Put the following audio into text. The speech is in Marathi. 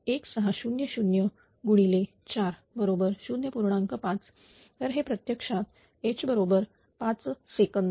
5 तर हे प्रत्यक्षात H बरोबर 5 सेकंद